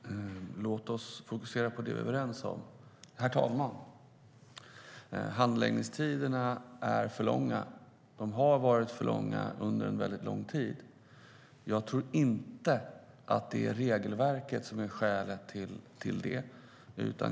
Herr talman! Låt oss fokusera på det vi är överens om. Handläggningstiderna är för långa. De har varit för långa under lång tid. Jag tror inte att det är regelverket som är skälet till det.